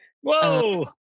Whoa